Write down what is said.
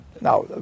Now